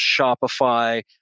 Shopify